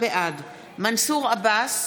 בעד מנסור עבאס,